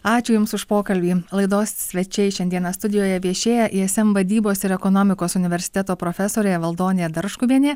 ačiū jums už pokalbį laidos svečiai šiandieną studijoje viešėję ism vadybos ir ekonomikos universiteto profesorė valdonė darškuvienė